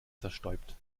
zerstäubt